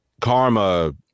karma